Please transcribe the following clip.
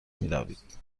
میروید